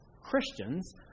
Christians